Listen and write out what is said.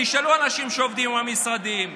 תשאלו אנשים שעובדים עם המשרדים,